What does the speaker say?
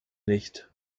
nicht